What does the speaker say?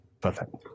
Perfect